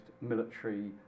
military